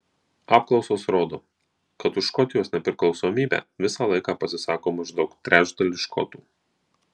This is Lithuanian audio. apklausos rodo kad už škotijos nepriklausomybę visą laiką pasisako maždaug trečdalis škotų